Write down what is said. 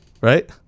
Right